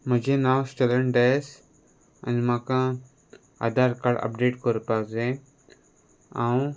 म्हजें नांव स्टॅलण डायस आनी म्हाका आधार कार्ड अपडेट करपाक जाय हांव